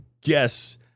guess